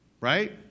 Right